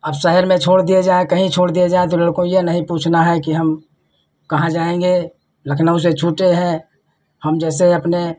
अब शहर में छोड़ दिए जाएँ कहीं छोड़ दिए जाएँ तो लड़कों को यह नहीं पूछना है कि हम कहाँ जाएँगे लखनऊ से छूटे हैं हम जैसे अपने